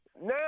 Now